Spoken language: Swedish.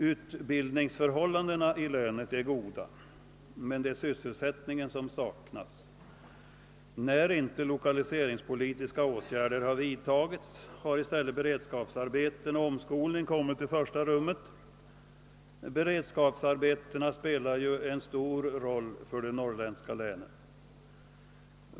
Utbildningsförhållandena i länet är goda, men det är sysselsättningen som saknas. När inte lokaliseringspolitiska åtgärder vidtagits har i stället beredskapsarbeten och omskolning förekommit. Beredskapsarbetena spelar ju en stor roll för de norrländska länen.